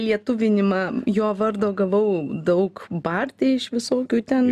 lietuvinimą jo vardo gavau daug barti iš visokių ten